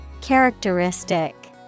Characteristic